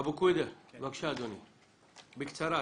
אבו קוידר, בבקשה אדוני, בקצרה.